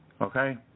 Okay